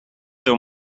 teu